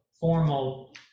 formal